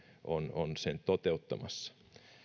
on on sen toteuttamassa